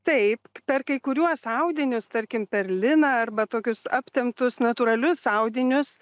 taip per kai kuriuos audinius tarkim per liną arba tokius aptemptus natūralius audinius